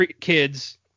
kids